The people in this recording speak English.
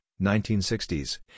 1960s